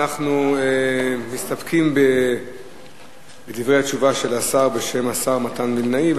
אנחנו מסתפקים בדברי התשובה של השר בשם השר מתן וילנאי.